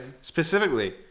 specifically